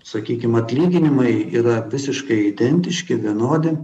sakykim atlyginimai yra visiškai identiški vienodi